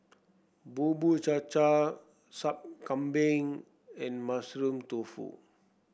Bubur Cha Cha Sup Kambing and Mushroom Tofu